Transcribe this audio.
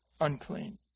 unclean